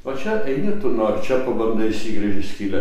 o čia eini tu nori čia pabundai išsigręži skylę